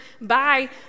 bye